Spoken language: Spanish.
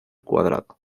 cuadrado